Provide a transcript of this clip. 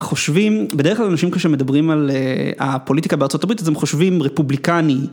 חושבים בדרך כלל אנשים כשמדברים על הפוליטיקה בארה״ב אז הם חושבים רפובליקני.